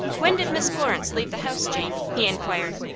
when did miss florence leave the house, jane? he inquired,